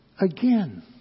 again